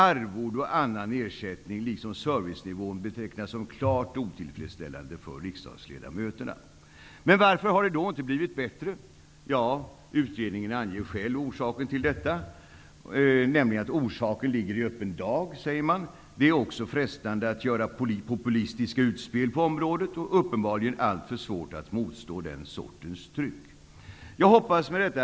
Arvoden och annan ersättning, liksom servicenivån, betecknas som klart otillfredsställande för riksdagsledamöterna. Varför har det då inte blivit bättre? Utredningen anger själv orsaken till detta: Orsaken ligger i öppen dag. Det är också frestande att göra populistiska utspel på området och uppenbarligen alltför svårt att motstå den sortens tryck.